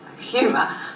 Humor